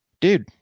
dude